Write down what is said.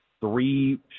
three